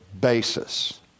basis